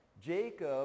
Jacob